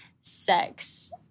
sex